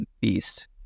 beast